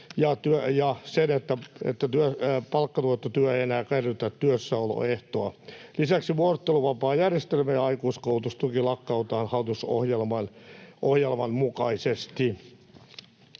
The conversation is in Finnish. ja sen, että palkkatuettu työ ei enää kerrytä työssäoloehtoa. Lisäksi vuorotteluvapaajärjestelmä ja aikuiskoulutustuki lakkautetaan hallitusohjelman mukaisesti.